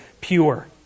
pure